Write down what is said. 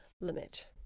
limit